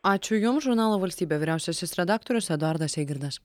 ačiū jums žurnalo valstybė vyriausiasis redaktorius eduardas eigirdas